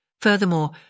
Furthermore